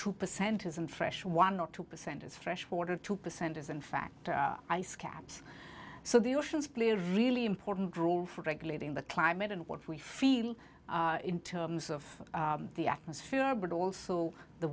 two percent isn't fresh one or two percent is fresh water two percent is in fact ice caps so the oceans play a really important rule for regulating the climate and what we feel in terms of the atmosphere but also the